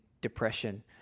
depression